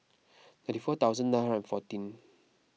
ninety four thousand nine hundred and fourteen